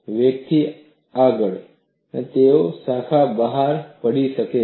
વેગથી આગળ તેને શાખા બહાર કરવી પડે છે